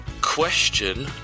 Question